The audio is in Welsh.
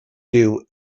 dyw